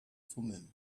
thummim